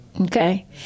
Okay